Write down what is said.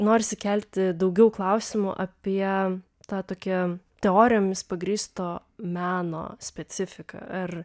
norisi kelti daugiau klausimų apie tą tokią teorijomis pagrįsto meno specifiką ar